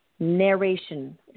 narration